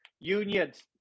Unions